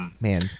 Man